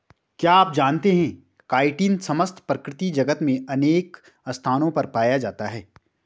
क्या आप जानते है काइटिन समस्त प्रकृति जगत में अनेक स्थानों पर पाया जाता है?